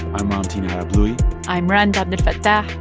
i'm ramtin arablouei i'm rund abdelfatah,